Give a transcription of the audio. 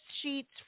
sheets